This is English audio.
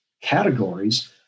categories